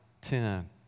ten